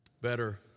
better